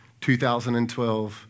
2012